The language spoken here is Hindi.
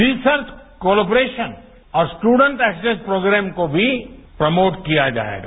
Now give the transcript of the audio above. रिसर्च कोलैबरेशन और स्टूडेंट्स एसेस प्रोग्राम को भी प्रमोट किया जाएगा